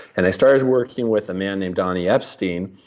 and i started working with a man named donny epstein,